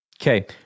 Okay